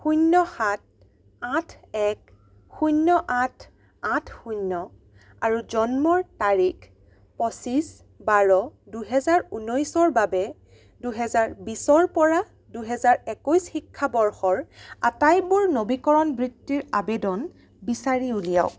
শূন্য সাত আঠ এক শূন্য আঠ আঠ শূন্য আৰু জন্মৰ তাৰিখ পঁচিশ বাৰ দুহেজাৰ ঊনৈছৰ বাবে দুহেজাৰ বিছৰপৰা দুহেজাৰ একৈছ শিক্ষাবৰ্ষৰ আটাইবোৰ নবীকৰণ বৃত্তিৰ আবেদন বিচাৰি উলিয়াওক